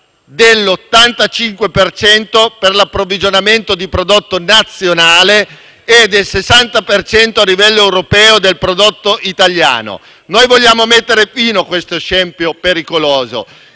dell'85 per cento dell'approvvigionamento di prodotto nazionale e del 60 per cento a livello europeo del prodotto italiano. Noi vogliamo mettere fine a questo scempio pericoloso,